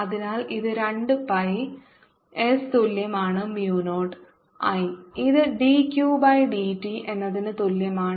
അതിനാൽ ഇത് 2 pi s തുല്യമാണ് mu നോട്ട് I ഇത് dQ ബൈ dt എന്നതിന് തുല്യമാണ്